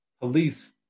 police